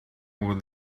with